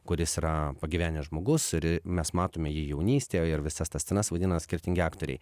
kuris yra pagyvenęs žmogus ir mes matome jį jaunystėje ir visas tas dienas vaidina skirtingi aktoriai